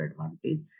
advantage